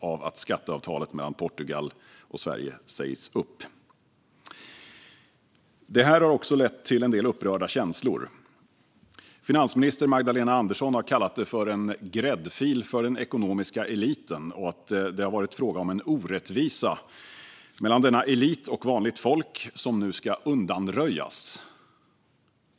Det här har också lett till en del upprörda känslor. Finansminister Magdalena Andersson har kallat det för en "gräddfil för den ekonomiska eliten" och säger att det har varit fråga om en orättvisa mellan denna elit och vanligt folk som nu ska undanröjas.